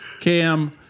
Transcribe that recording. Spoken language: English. Cam